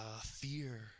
fear